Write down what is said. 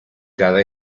cada